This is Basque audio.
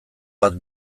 bat